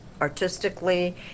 artistically